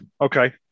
Okay